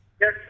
Yes